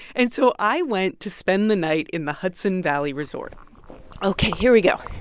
and so i went to spend the night in the hudson valley resort ok. here we go.